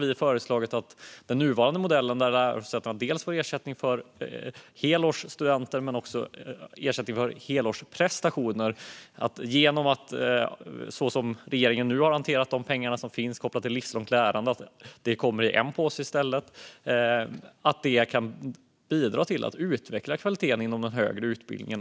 I den nuvarande modellen får lärosätena ersättning för helårsstudenter men också ersättning för helårsprestationer genom hur regeringen har hanterat de pengar som finns kopplat till livslångt lärande. Vi har föreslagit att pengarna kommer i en "påse" i stället. Det kan bidra till att utveckla kvaliteten inom den högre utbildningen.